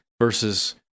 Versus